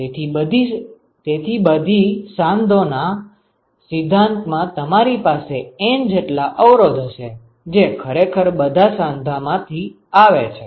તેથી બધી સાંધો ના સિદ્ધાંત માં તમારી પાસે N જેટલા અવરોધ હશે જે ખરેખર બધા સાંધો માંથી આવે છે